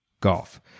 golf